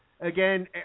Again